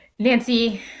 Nancy